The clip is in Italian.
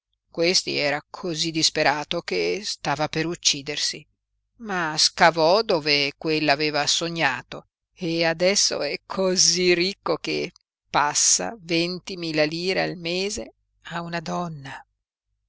questi era cosí disperato che stava per uccidersi ma scavò dove quella aveva sognato e adesso è cosí ricco che passa venti mila lire al mese a una donna